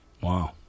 Wow